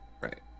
Right